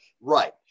right